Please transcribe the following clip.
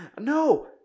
no